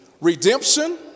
redemption